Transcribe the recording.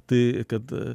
tai kad